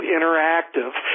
Interactive